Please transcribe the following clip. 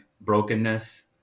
Brokenness